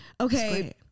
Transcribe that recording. Okay